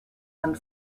and